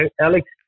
Alex